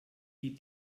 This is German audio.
die